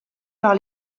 par